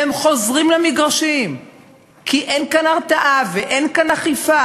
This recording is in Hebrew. והם חוזרים למגרשים כי אין כאן הרתעה ואין כאן אכיפה,